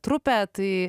trupę tai